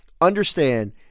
Understand